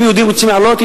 אם יהודים רוצים לעלות,